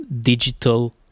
digital